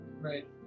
Right